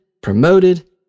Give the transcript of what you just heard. promoted